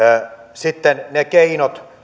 sitten kyseenalaistettiin ne keinot